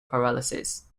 paralysis